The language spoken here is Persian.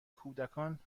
کودکان